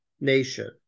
nation